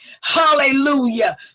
hallelujah